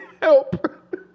help